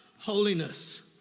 holiness